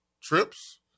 trips